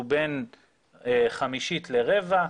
שהוא בין 1/5 ל-1/4,